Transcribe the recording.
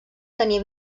tenia